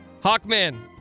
Hawkman